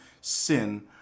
sin